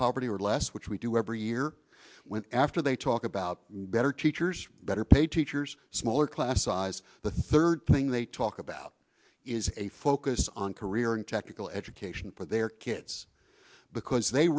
poverty or less which we do every year when after they talk about better teachers better pay teachers smaller class size the third thing they talk about is a focus on career and technical education for their kids because they